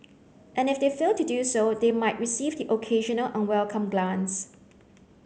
and if they fail to do so they might receive the occasional unwelcome glance